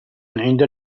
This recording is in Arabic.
عند